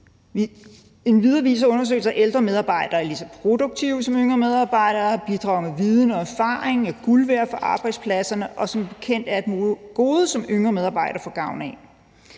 Endvidere viser undersøgelser, at ældre medarbejdere er lige så produktive som yngre medarbejdere, bidrager med viden og erfaring, er guld værd for arbejdspladserne, og at de som bekendt er et gode, som yngre medarbejdere får gavn af.